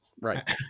right